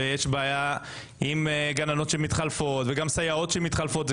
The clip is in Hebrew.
יש בעיה עם גננות וסייעות שמתחלפות".